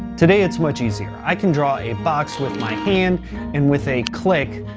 today, it's much easier. i can draw a box with my hand and with a click,